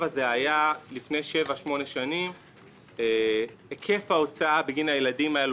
לפני שבע-שמונה שנים היקף ההוצאה בגין הילדים האלו